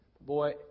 Boy